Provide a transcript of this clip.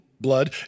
blood